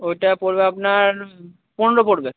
ওইটা পড়বে আপনার পনেরো পড়বে